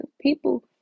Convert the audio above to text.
people